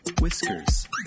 Whiskers